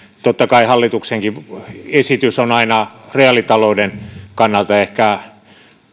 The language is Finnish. totta kai hallituksenkin esitys on aina reaalitalouden kannalta ehkä